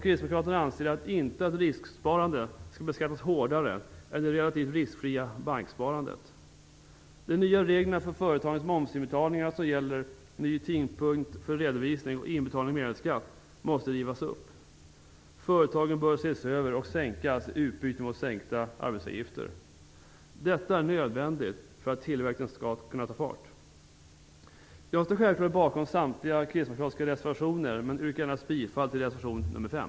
Kristdemokraterna anser inte att risksparande skall beskattas hårdare än det relativt riskfria banksparandet. De nya reglerna för företagens momsinbetalningar som gäller ny tidpunkt för redovisning och inbetalning av mervärdesskatt måste rivas upp. Företagsstöden bör ses över och sänkas i utbyte mot sänkta arbetsgivaravgifter. Detta är nödvändigt för att tillväxten skall kunna ta fart. Jag står självfallet bakom samtliga kristdemokratiska reservationer men yrkar endast bifall till reservation nr 5.